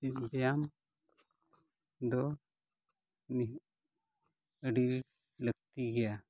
ᱡᱳᱜᱽ ᱵᱮᱭᱟᱢ ᱫᱚ ᱱᱤᱦᱟᱹᱛ ᱟᱹᱰᱤ ᱞᱟᱹᱠᱛᱤ ᱜᱮᱭᱟ